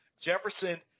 Jefferson